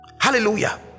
hallelujah